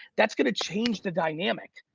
that's gonna change the dynamic.